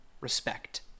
Respect